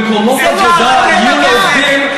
מקומות עבודה יהיו לעובדים,